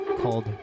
called